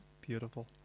Beautiful